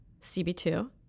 cb2